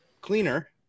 Cleaner